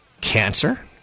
cancer